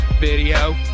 video